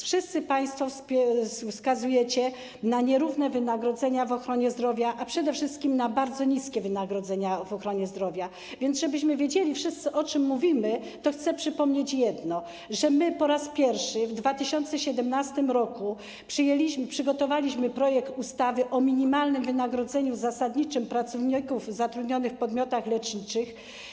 Wszyscy państwo wskazujecie na nierówne wynagrodzenia w ochronie zdrowia, a przede wszystkim na bardzo niskie wynagrodzenia w ochronie zdrowia, więc żebyśmy wiedzieli wszyscy, o czym mówimy, chcę przypomnieć jedno, że my po raz pierwszy w 2017 r. przygotowaliśmy projekt ustawy o minimalnym wynagrodzeniu zasadniczym pracowników zatrudnionych w podmiotach leczniczych.